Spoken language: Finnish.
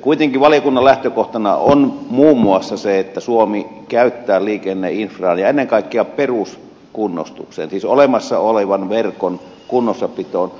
kuitenkin valiokunnan lähtökohtana on muun muassa se että suomi käyttää liikenneinfraan ja ennen kaikkea peruskunnostukseen siis olemassa olevan verkon kunnossapitoon